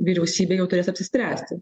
vyriausybė jau turės apsispręsti